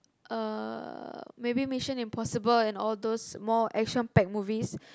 uh maybe Mission-Impossible and all those more action packed movies